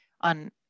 on